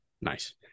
Nice